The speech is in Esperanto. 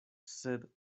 sed